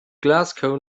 glasgow